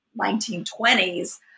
1920s